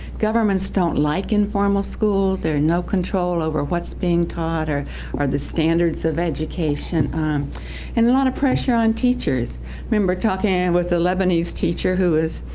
governments don't like informal schools. there are no controls over what's being taught or are the standards of education and a lot of pressure on teachers. i remember talking and with a lebanese teacher who was,